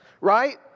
Right